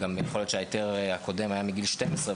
וגם יכול להיות שההיתר הקודם היה מגיל 12,